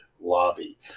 lobby